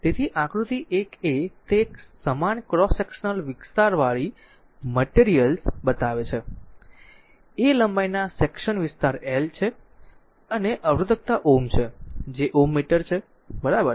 તેથી આકૃતિ 1 a તે એક સમાન ક્રોસ સેક્શન વિસ્તારવાળી મટેરિયલ બતાવે છે A લંબાઈના સેક્શન વિસ્તાર l છે અને અવરોધકતા Ω છે જે Ω મીટર છે બરાબર